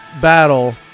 battle